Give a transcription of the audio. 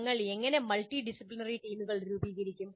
ഞങ്ങൾ എങ്ങനെ മൾട്ടിഡിസിപ്ലിനറി ടീമുകൾ രൂപീകരിക്കും